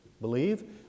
believe